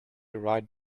right